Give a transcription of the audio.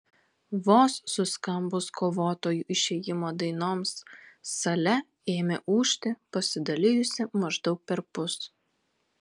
vos suskambus kovotojų išėjimo dainoms sale ėmė ūžti pasidalijusi maždaug perpus